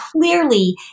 clearly